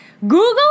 Google